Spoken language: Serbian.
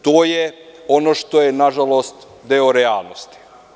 To je ono što je nažalost deo realnosti.